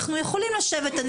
אנחנו יכולים לשבת מספר שעות,